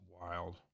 wild